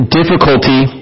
difficulty